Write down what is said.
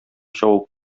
чабып